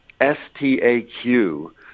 S-T-A-Q